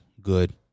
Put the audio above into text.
good